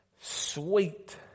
sweet